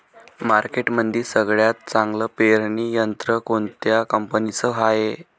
मार्केटमंदी सगळ्यात चांगलं पेरणी यंत्र कोनत्या कंपनीचं हाये?